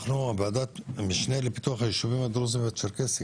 אנחנו ועדת המשנה לפיתוח הישובים הדרוזים והצ'רקסיים,